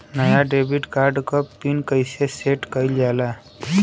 नया debit card क PIN कईसे सेट कईल जाला?